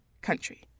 country